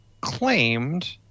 claimed